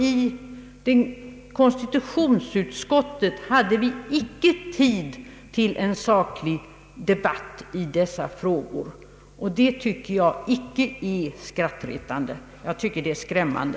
I konstitutionsutskottet hade vi alltså inte tid till en saklig debatt i dessa spörsmål, och det finner jag inte skrattretande — jag tycker det är skrämmande.